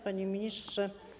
Panie Ministrze!